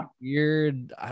weird